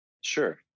Sure